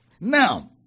Now